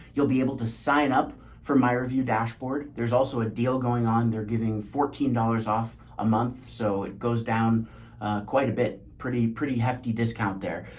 you'll be able to sign up for my review dashboard. there's also a deal going on. they're giving fourteen dollars off a month, so it goes down quite a bit. pretty pretty hefty discount there.